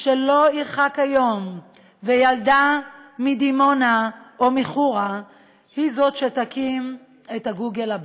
שלא ירחק היום וילדה מדימונה או מחורה היא שתקים את הגוגל הבא.